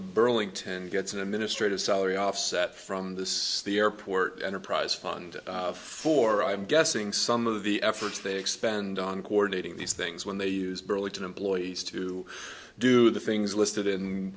burlington gets an administrative salary offset from this airport enterprise fund for i'm guessing some of the efforts they expend on coordinating these things when they use burlington employees to do the things listed in